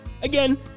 Again